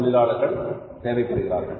தொழிலாளர்கள் தேவைப்படுகிறார்கள்